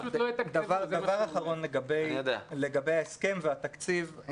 דבר אחרון לגבי ההסכם והתקציב.